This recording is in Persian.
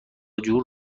جور